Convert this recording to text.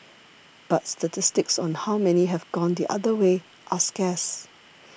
but statistics on how many have gone the other way are scarce